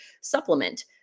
supplement